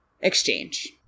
exchange